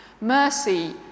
Mercy